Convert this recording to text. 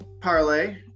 parlay